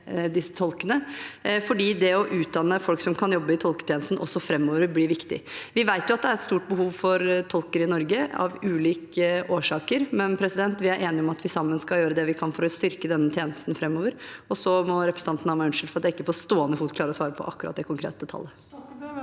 for det å utdanne folk som kan jobbe i tolketjenesten også framover, blir viktig. Vi vet at det er et stort behov for tolker i Norge, av ulike årsaker. Vi er enige om at vi sammen skal gjøre det vi kan for å styrke denne tjenesten framover, og så må representanten ha meg unnskyldt for at jeg ikke på stående fot klarer å svare på akkurat det konkrete tallet.